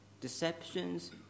deceptions